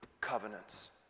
covenants